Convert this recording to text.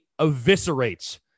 eviscerates